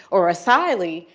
or assylee,